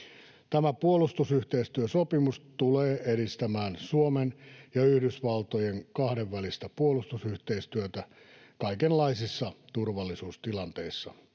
Tämä puolustusyhteistyösopimus tulee edistämään Suomen ja Yhdysvaltojen kahdenvälistä puolustusyhteistyötä kaikenlaisissa turvallisuustilanteissa.